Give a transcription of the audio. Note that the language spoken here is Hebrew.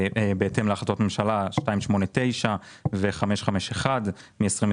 בהתאם להחלטות ממשלה 289 ו-551 מ-2021,